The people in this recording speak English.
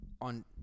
on